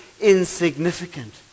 insignificant